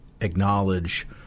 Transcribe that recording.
acknowledge